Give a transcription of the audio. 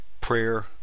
prayer